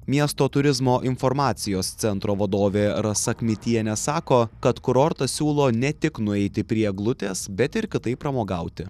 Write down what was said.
miesto turizmo informacijos centro vadovė rasa kmitienė sako kad kurortas siūlo ne tik nueiti prie eglutės bet ir kitaip pramogauti